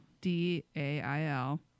D-A-I-L